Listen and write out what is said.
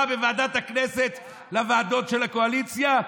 בוועדת הכנסת לוועדות של הקואליציה?